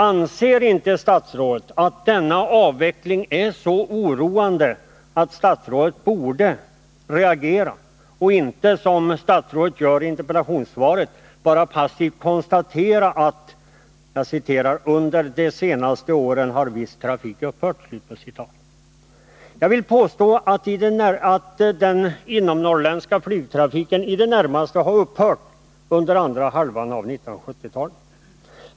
Anser inte statsrådet att denna avveckling är så oroande att statsrådet borde reagera på annat sätt än att, som han gör i interpellationssvaret, bara konstatera att under de senaste åren ”har därför viss trafik upphört”? Jag vill påstå att praktiskt taget all inomnorrländsk flygtrafik har upphört under andra halvan av 1970-talet.